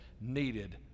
needed